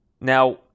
Now